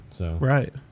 Right